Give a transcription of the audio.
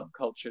subculture